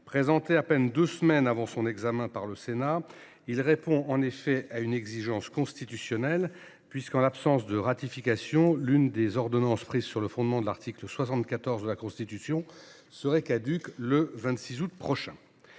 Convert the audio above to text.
Présenté à peine deux semaines avant son examen, le texte répondait pourtant à une exigence constitutionnelle, puisque, en l’absence de ratification, l’une des ordonnances prises sur le fondement de l’article 74 de la Constitution aurait été caduque le 26 août prochain.